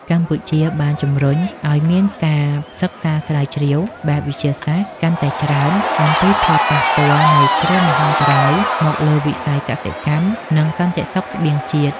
កម្ពុជាបានជំរុញឱ្យមានការសិក្សាស្រាវជ្រាវបែបវិទ្យាសាស្ត្រកាន់តែច្រើន អំពីផលប៉ះពាល់នៃគ្រោះមហន្តរាយមកលើវិស័យកសិកម្ម និងសន្តិសុខស្បៀងជាតិ។